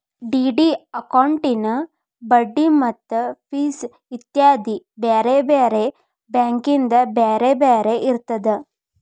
DD ಅಕೌಂಟಿನ್ ಬಡ್ಡಿ ಮತ್ತ ಫಿಸ್ ಇತ್ಯಾದಿ ಬ್ಯಾರೆ ಬ್ಯಾರೆ ಬ್ಯಾಂಕಿಂದ್ ಬ್ಯಾರೆ ಬ್ಯಾರೆ ಇರ್ತದ